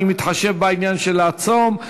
אני מתחשב בעניין של הצום,